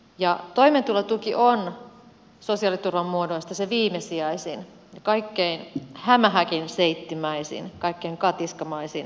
toimeentulotuki on sosiaaliturvan muodoista se viimesijaisin kaikkein hämähäkinseittimäisin kaikkein katiskamaisin muoto